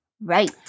Right